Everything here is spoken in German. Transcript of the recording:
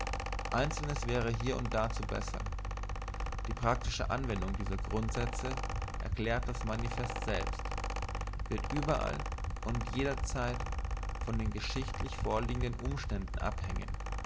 einzelnes wäre hier und da zu bessern die praktische anwendung dieser grundsätze erklärt das manifest selbst wird überall und jederzeit von den geschichtlich vorliegenden umständen abhängen